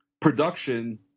production